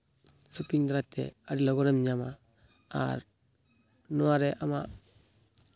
shopping ᱫᱟᱨᱟᱭᱛᱮ ᱟᱹᱰᱤ ᱞᱚᱜᱚᱱᱮᱢ ᱧᱟᱢᱟ ᱟᱨ ᱱᱚᱣᱟᱨᱮ ᱟᱢᱟᱜ